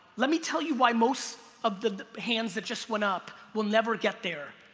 let me tell you why most of the hands that just went up will never get there.